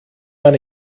man